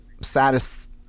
saddest